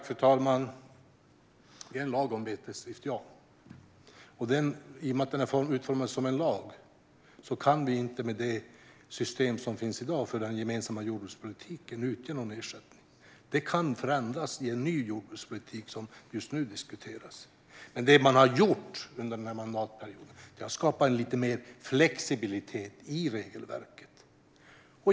Fru talman! Vi har en lag om betesdrift, ja. I och med att den är utformad som en lag kan vi med det system som finns för den gemensamma jordbrukspolitiken i dag inte utge någon ersättning. Det kan förändras i en ny jordbrukspolitik, som just nu diskuteras. Det man har gjort under den här mandatperioden är dock att skapa lite mer flexibilitet i regelverket.